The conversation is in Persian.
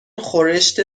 خورشت